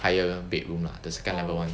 higher bedroom lah the second level one